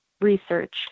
research